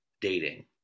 dating